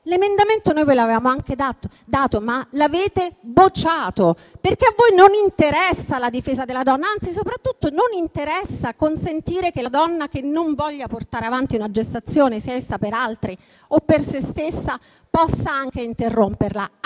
presentato l'emendamento, ma l'avete bocciato perché a voi non interessa la difesa della donna, anzi soprattutto non interessa consentire che la donna che non voglia portare avanti una gestazione, sia essa per altri o per sé stessa, possa anche interromperla.